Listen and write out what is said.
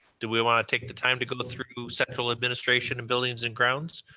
do we wanna take the time to go through central administration and buildings and grounds?